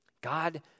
God